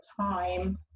time